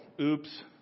oops